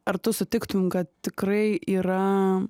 ar tu sutiktum kad tikrai yra